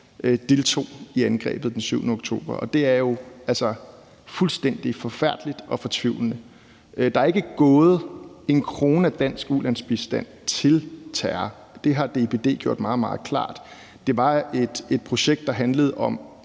deltog i angrebet den 7. oktober, og det er jo fuldstændig forfærdeligt og fortvivlende. Der er ikke gået én krone af dansk ulandsbistand til terror. Det har DIPD gjort meget, meget klart. Det var et projekt, der handlede om